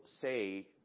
say